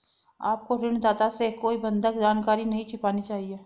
आपको ऋणदाता से कोई बंधक जानकारी नहीं छिपानी चाहिए